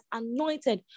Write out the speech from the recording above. anointed